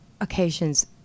occasions